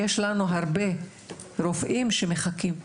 יש לנו הרבה רופאים שמחכים.